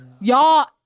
Y'all